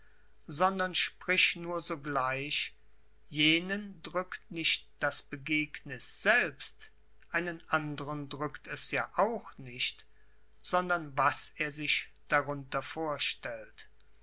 sondern sprich nur sogleich jenen drückt nicht das begegniß selbst einen andern drückt es ja auch nicht sondern was er sich darunter vorstellt